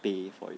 pay for it